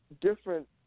different